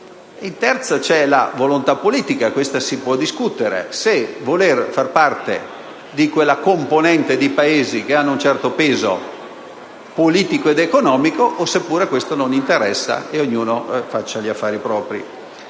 C'è poi la volontà politica - questa si può discutere - se voler fare parte di quella componente di Paesi che hanno un certo peso politico ed economico o se questo non interessa, e ognuno si fa gli affari propri.